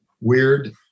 weird